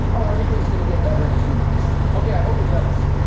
oh, everything's gonna get better in two months. okay, i hope it does.